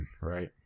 right